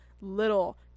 little